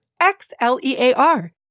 X-L-E-A-R